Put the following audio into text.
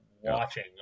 watching